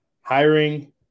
hiring